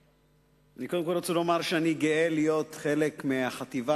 אני קודם כול רוצה לומר שאני גאה להיות חלק מהחטיבה,